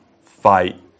fight